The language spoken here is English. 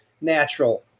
natural